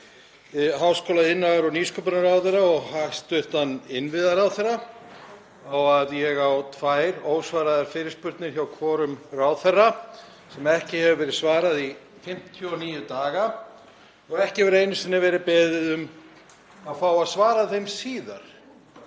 háskóla-, iðnaðar- og nýsköpunarráðherra og hæstv. innviðaráðherra á að ég á tvær ósvaraðar fyrirspurnir hjá hvorum ráðherra sem ekki hefur verið svarað í 59 daga og ekki hefur einu sinni verið beðið um að fá að svara síðar.